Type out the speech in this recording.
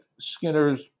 Skinner's